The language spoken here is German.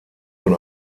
von